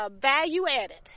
value-added